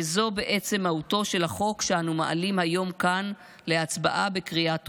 וזו בעצם מהותו של החוק שאנו מעלים היום כאן להצבעה בקריאה טרומית.